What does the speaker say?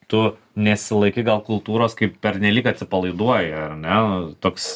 tu nesilaikai gal kultūros kaip pernelyg atsipalaiduoji ar ne toks